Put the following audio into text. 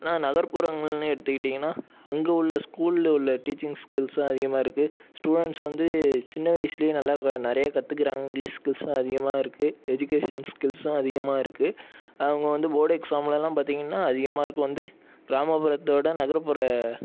ஆனால் நகர்ப்புறங்கள்னு எடுத்துக்கிட்டிங்கன்னா அங்கே உள்ள ஸ்கூல்ல உள்ள டீச்சிங் ஸ்கில்ஸ்சும் அதிகமாக இருக்குது ஸ்டூடெண்ஸ் வந்து சின்ன வயசுலையே நல்ல நிறையா கத்துக்கிறாங்க இங்கிலிஷ் ஸ்கில்சும் அதிகமாக இருக்குது எஜுகேஷன் ஸ்கில்சும் அதிகமாக இருக்குது அவங்க வந்து போர்ட் எக்ஸாம்லலாம் வந்து பார்த்திங்கன்னா அதிக மார்க் வந்து கிராமப்புறத்தோட நகர்ப்புற